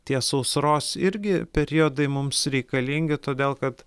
tie sausros irgi periodai mums reikalingi todėl kad